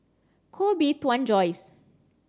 Koh Bee Tuan Joyce